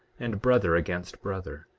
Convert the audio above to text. and brother against brother,